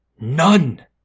None